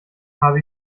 habe